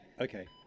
Okay